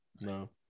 no